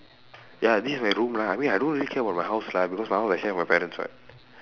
ya this is my room lah I mean I don't really care about my house lah because my house I share with my parents [what]